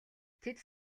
тэд